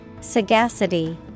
Sagacity